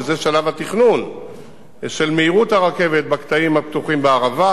שזה שלב התכנון של מהירות הרכבת בקטעים הפתוחים בערבה,